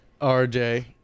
RJ